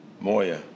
Moya